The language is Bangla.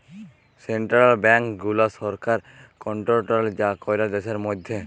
সেনটারাল ব্যাংকস গুলা সরকার কনটোরোল ক্যরে দ্যাশের ম্যধে